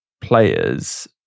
players